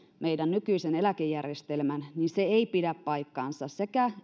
meidän nykyisen eläkejärjestelmän ei pidä paikkaansa sekä